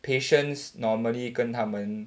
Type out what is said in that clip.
patients normally 跟他们